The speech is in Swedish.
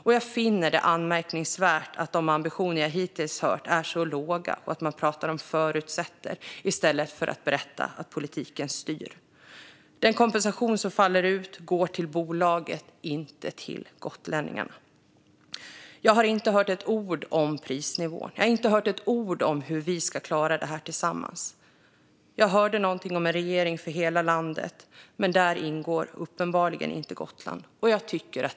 Och jag finner det anmärkningsvärt att de ambitioner jag hittills har hört är så låga i stället för att berätta att politiken styr. Den kompensation som faller ut går till bolaget, inte till gotlänningarna. Jag har inte hört ett ord om prisnivån. Jag har inte hört ett ord om hur vi ska klara det här tillsammans. Jag hörde något om en regering för hela landet, men där ingår uppenbarligen inte Gotland.